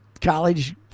college